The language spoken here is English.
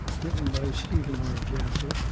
written by stephen r. jaffe.